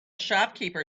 shopkeeper